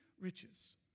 riches